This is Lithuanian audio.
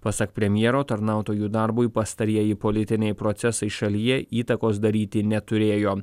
pasak premjero tarnautojų darbui pastarieji politiniai procesai šalyje įtakos daryti neturėjo